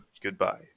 Goodbye